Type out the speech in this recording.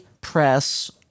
press